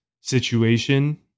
situation